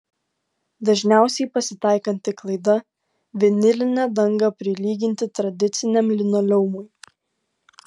dažniausiai pasitaikanti klaida vinilinę dangą prilyginti tradiciniam linoleumui